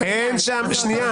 רק שתדעי.